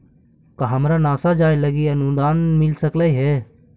का हमरा नासा जाये लागी अनुदान मिल सकलई हे?